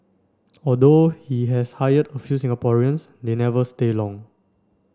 although he has hired a few Singaporeans they never stay long